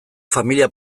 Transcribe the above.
familia